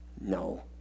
No